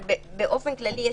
אבל באופן כללי,